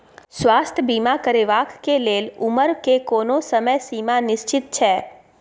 स्वास्थ्य बीमा करेवाक के लेल उमर के कोनो समय सीमा निश्चित छै?